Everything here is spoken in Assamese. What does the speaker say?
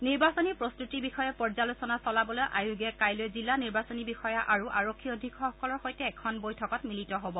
নিৰ্বাচনী প্ৰস্তুতিৰ বিষয়ে পৰ্যালোচনা চলাবলৈ আয়োগে কাইলৈ জিলা নিৰ্বাচনী বিষয়া আৰু আৰক্ষী অধীক্ষকসকলৰ সৈতে এখন বৈঠকত মিলিত হ'ব